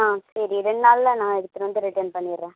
ஆ சரி ரெண்டு நாளில் நான் எடுத்துகிட்டு வந்து ரிட்டன் பண்ணிடுறேன்